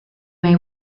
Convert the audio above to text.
may